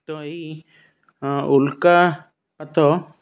ତ ଏହି ଉଲ୍କାପାତ